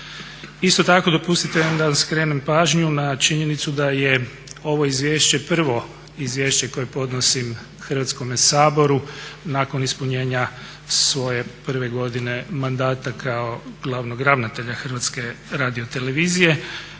Isto tako dopustite da vam skrenem pažnju na činjenicu da je ovo izvješće prvo izvješće koje podnosim Hrvatskome saboru nakon ispunjenja svoje prve godine mandata kao glavnog ravnatelja Hrvatske radiotelevizije